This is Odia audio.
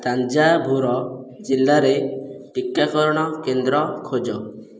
ତାଞ୍ଜାଭୁର ଜିଲ୍ଲାରେ ଟିକାକରଣ କେନ୍ଦ୍ର ଖୋଜ